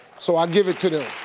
so i'll give it to them.